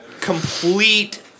complete